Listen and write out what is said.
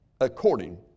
according